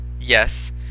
Yes